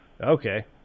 okay